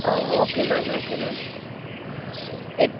ஓ okay ma'am okay ma'am இப்போ